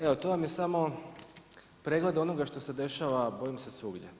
Evo to vam je samo pregled onoga što se dešava bojim se svugdje.